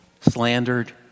slandered